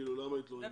כאילו למה התלוננו.